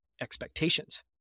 expectations